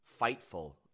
FIGHTFUL